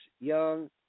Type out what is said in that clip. young